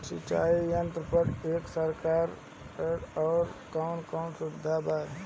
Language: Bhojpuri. सिंचाई यंत्रन पर एक सरकार की ओर से कवन कवन सुविधा बा?